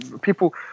people